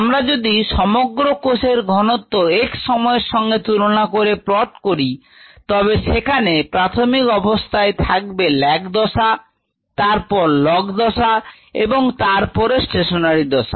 আমরা যদি সমগ্র কোষের ঘনত্ব x সময়ের সঙ্গে তুলনা করে প্লট করি তবে সেখানে প্রাথমিক অবস্থায় থাকবে lag দশা তারপর লগ দশা এবং তারপরে স্টেশনারি দশা